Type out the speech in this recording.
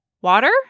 Water